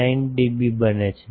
69 dB બને છે